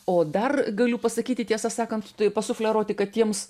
o dar galiu pasakyti tiesą sakant tai pasufleruoti kad tiems